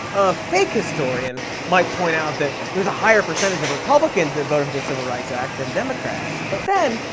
a fake historian might point out that there was a higher percentage of republicans that voted for the civil rights act than democrats. but then,